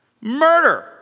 murder